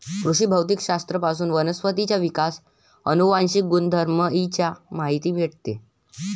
कृषी भौतिक शास्त्र पासून वनस्पतींचा विकास, अनुवांशिक गुणधर्म इ चा माहिती भेटते